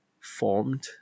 formed